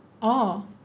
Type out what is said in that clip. oh